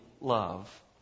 love